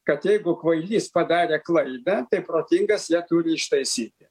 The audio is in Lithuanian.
kad jeigu kvailys padarė klaidą tai protingas ją turi ištaisyti